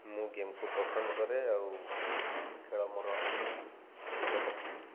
ମୁଁ ଗେମ୍କୁ ପସନ୍ଦ କରେ ଆଉ ଖେଳ ମୋର ଗୋଟେ ହବି